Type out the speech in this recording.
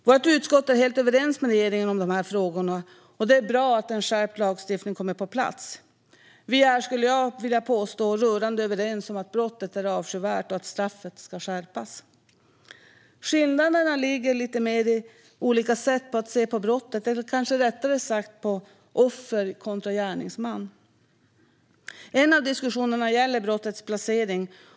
Vårt utskott är helt överens med regeringen om dessa frågor, och det är bra att en skärpt lagstiftning kommer på plats. Vi är, skulle jag vilja påstå, rörande överens om att brottet är avskyvärt och att straffet ska skärpas. Skillnaderna ligger lite mer i olika sätt att se på brottet eller kanske rättare sagt på offer kontra gärningsman. En av diskussionerna gäller brottets placering.